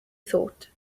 thought